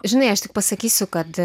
žinai aš tik pasakysiu kad